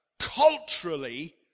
culturally